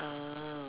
oh